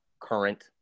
current